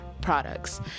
products